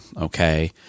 Okay